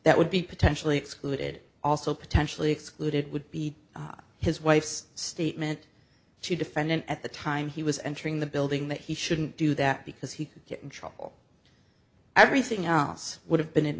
that would be potentially excluded also potentially excluded would be his wife's statement she defendant at the time he was entering the building that he shouldn't do that because he get in trouble everything else would have been